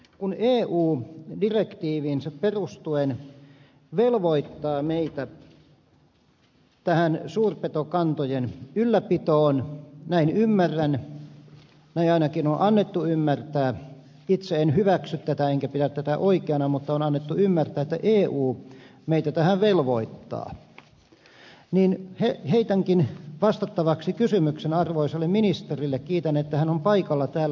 kun eu direktiiviinsä perustuen velvoittaa meitä tähän suurpetokantojen ylläpitoon näin ymmärrän näin ainakin on annettu ymmärtää itse en hyväksy tätä enkä pidä tätä oikeana mutta on annettu ymmärtää että eu meitä tähän velvoittaa niin heitänkin vastattavaksi kysymyksen arvoisalle ministerille kiitän että hän on paikalla täällä